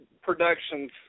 production's